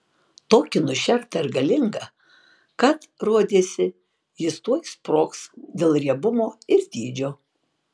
tokį nušertą ir galingą kad rodėsi jis tuoj sprogs dėl riebumo ir dydžio